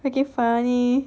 freaking funny